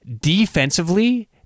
defensively